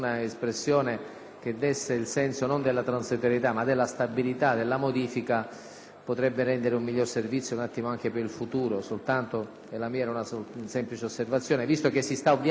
potrebbe rendere un miglior servizio anche per il futuro. La mia è una semplice osservazione, visto che si sta ovviando giustamente ad un'anomalia, posta da alcuni colleghi, sulla